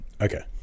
Okay